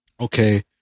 okay